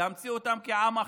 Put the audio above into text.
להמציא אותם כעם אחר,